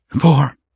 four